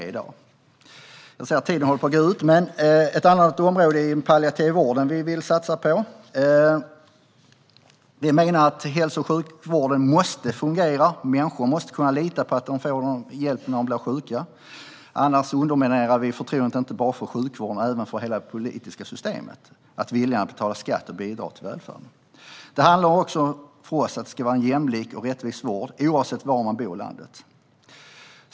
Jag ser att min talartid håller på att gå ut. Ett annat område som vi vill satsa på är den palliativa vården. Vi menar att hälso och sjukvården måste fungera. Människor måste kunna lita på att de får hjälp när de blir sjuka. Annars underminerar vi förtroendet inte bara för sjukvården utan även för hela det politiska systemet och viljan att betala skatt och bidra till välfärden. Det handlar för oss också om att det ska vara en jämlik och rättvis vård oavsett var man bor i landet.